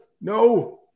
no